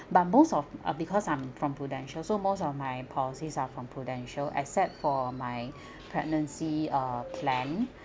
but most of uh because I'm from prudential so most of my policies are from prudential except for my pregnancy uh plan